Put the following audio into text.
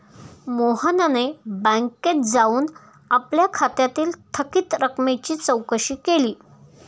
मोहनने बँकेत जाऊन आपल्या खात्यातील थकीत रकमेची चौकशी केली